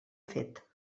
fet